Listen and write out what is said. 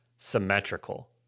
symmetrical